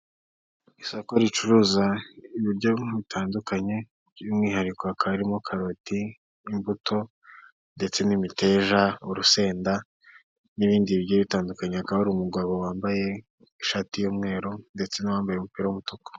Isoko ricuruza ibiryo bitandukanye by'umwihariko akarimo karoti, imbuto, ndetse n'imiteja, urusenda n'ibindi bigiye bitandukanye hakaba hari umugabo wambaye ishati y'umweru ndetse n'uwambaye umupira w'umutuku.